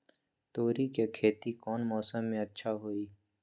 तोड़ी के खेती कौन मौसम में अच्छा होई?